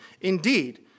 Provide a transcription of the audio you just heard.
Indeed